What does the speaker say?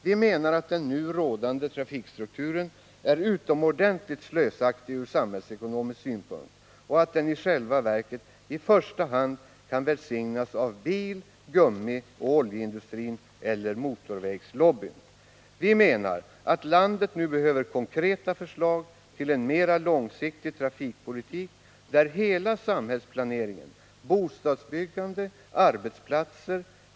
Vi menar att den nu rådande trafikstrukturen innebär ett utomordentligt slöseri ur samhällsekonomisk synpunkt och att deni själva verket endast kan välsignas av bil-, gummioch oljeindustrin eller av motorvägslobbyn. Landet behöver nu konkreta förslag till en mera långsiktig trafikpolitik, där hela samhällsplaneringen — bostadsbyggande. arbetsplatser.